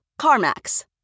CarMax